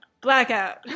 Blackout